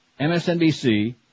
MSNBC